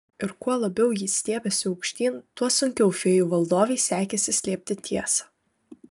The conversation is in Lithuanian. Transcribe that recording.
ir kuo labiau ji stiebėsi aukštyn tuo sunkiau fėjų valdovei sekėsi slėpti tiesą